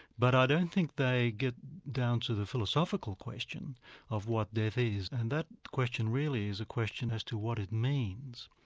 but i don't think they get down to the philosophical question of what death is. and that question really is a question as to what it means.